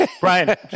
Brian